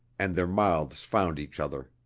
and their mouths found each other.